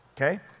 Okay